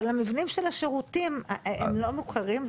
אבל המבנים של השירותים הם לא מוכרים?